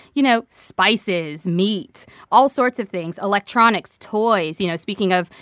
you know, spices, meat all sorts of things electronics, toys, you know, speaking of,